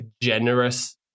generous